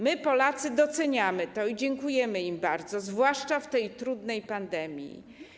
My, Polacy, doceniamy to i dziękujemy im bardzo, zwłaszcza w tej trudnej pandemii.